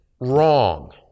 wrong